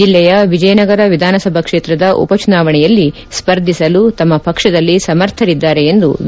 ಜಿಲ್ಲೆಯ ವಿಜಯನಗರ ವಿಧಾನಸಭಾ ಕ್ಷೇತ್ರದ ಉಪಚುನಾವಣೆಯಲ್ಲಿ ಸ್ಪರ್ಧಿಸಲು ತಮ್ಮ ಪಕ್ಷದಲ್ಲಿ ಸಮರ್ಥರಿದ್ದಾರೆ ಎಂದು ವಿ